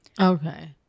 Okay